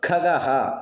खगः